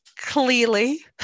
clearly